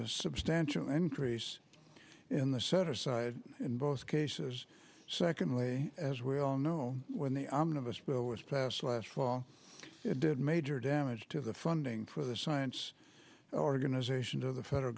a substantial increase in the set aside in both cases secondly as we all know when the omnibus bill was passed last fall it did major damage to the funding for the science organization to the federal